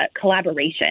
Collaboration